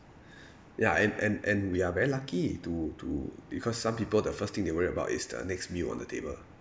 ya and and and we are very lucky to to because some people the first thing they worry about is the next meal on the table